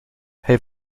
hij